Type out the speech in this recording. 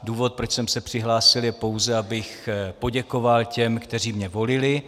Důvod, proč jsem se přihlásil, je pouze, abych poděkoval těm, kteří mě volili.